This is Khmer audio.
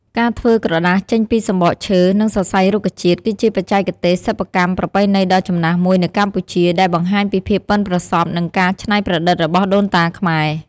ការធ្វើក្រដាសចេញពីសំបកឈើ និងសរសៃរុក្ខជាតិ គឺជាបច្ចេកទេសសិប្បកម្មប្រពៃណីដ៏ចំណាស់មួយនៅកម្ពុជា ដែលបង្ហាញពីភាពប៉ិនប្រសប់ និងការច្នៃប្រឌិតរបស់ដូនតាខ្មែរ។